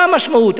מה המשמעות?